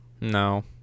No